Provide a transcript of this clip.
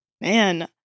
Man